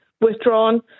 withdrawn